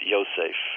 Yosef